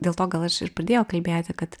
dėl to gal aš ir pradėjau kalbėti kad